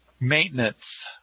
maintenance